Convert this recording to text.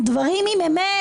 הם דברים עם אמת?